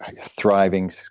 thriving